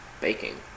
Baking